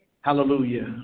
Hallelujah